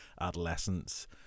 adolescents